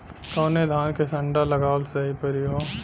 कवने धान क संन्डा लगावल सही परी हो?